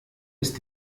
ist